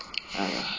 !aiya!